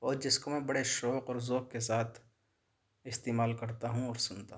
اور جس کو میں بڑے شوق اور ذوق کے ساتھ استعمال کرتا ہوں اور سنتا ہوں